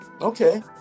Okay